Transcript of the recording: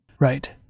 Right